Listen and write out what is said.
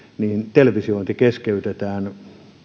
televisiointi keskeytetään